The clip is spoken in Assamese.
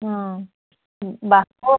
বাঁহৰ